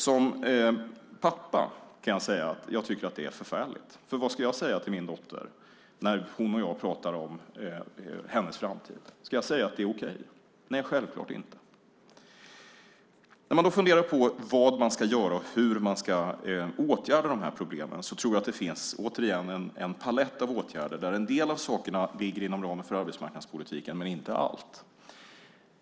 Som pappa kan jag säga att jag tycker att det är förfärligt. Vad ska jag säga till min dotter när hon och jag talar om hennes framtid? Ska jag säga att det är okej? Nej, självklart inte. När man då funderar på vad man ska göra och hur man ska åtgärda dessa problem tror jag återigen att det finns en palett av åtgärder, där en del av sakerna ligger inom ramen för arbetsmarknadspolitiken men inte allt.